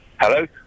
Hello